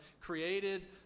created